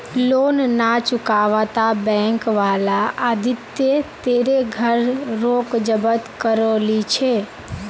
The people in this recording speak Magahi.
लोन ना चुकावाता बैंक वाला आदित्य तेरे घर रोक जब्त करो ली छे